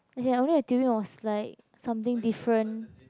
their only have tubing was like something different